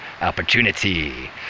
opportunity